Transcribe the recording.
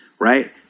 right